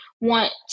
want